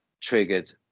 triggered